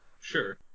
Sure